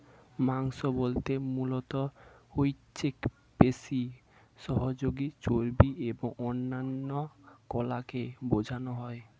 মাংস বলতে মূলত ঐচ্ছিক পেশি, সহযোগী চর্বি এবং অন্যান্য কলাকে বোঝানো হয়